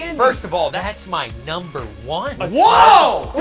and first of all, that's my number one. but whoa!